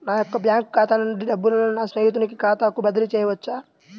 నా యొక్క బ్యాంకు ఖాతా నుండి డబ్బులను నా స్నేహితుని ఖాతాకు బదిలీ చేయవచ్చా?